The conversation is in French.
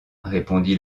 répondit